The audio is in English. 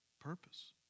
purpose